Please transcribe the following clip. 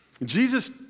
Jesus